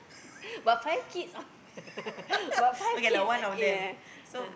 but five kids but five kids like ya uh